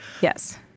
Yes